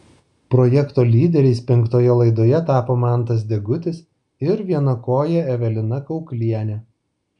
projekto lyderiais penktoje laidoje tapo mantas degutis ir vienakojė evelina kauklienė